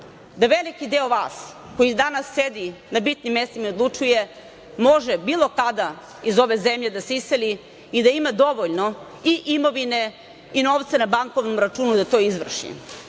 da veliki deo vas koji danas sedi na bitnim mestima i odlučuje može bilo kada iz ove zemlje da se iseli i da ima dovoljno i imovine i novca na bankovnom računu da to izvrši,